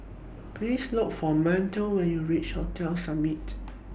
Please Look For Montel when YOU REACH Hotel Summit